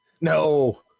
No